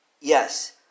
Yes